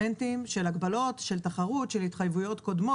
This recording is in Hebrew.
שרת התחבורה והבטיחות בדרכים מרב